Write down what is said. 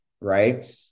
right